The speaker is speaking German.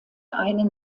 einen